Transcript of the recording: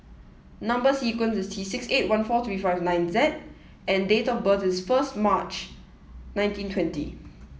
number sequence is T six eight one four three five nine Z and date of birth is first March nineteen twenty